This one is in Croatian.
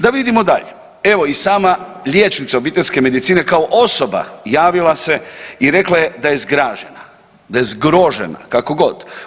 Da vidimo dalje, evo, i sama liječnica obiteljske medicine kao osoba javila se i rekla je da je zgražena, da je zgrožena, kako god.